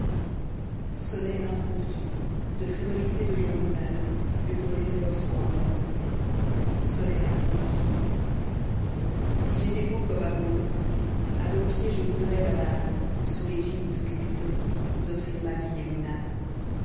sonnet impromptu si j'étais beau comme apollon a vos pieds je voudrais madame sous l'égide de cupidon vous offrir ma vie et mon âme